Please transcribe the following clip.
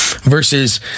Versus